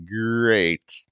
great